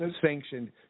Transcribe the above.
Sanctioned